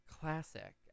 classic